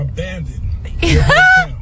Abandoned